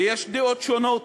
ויש דעות שונות.